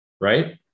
right